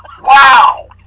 Wow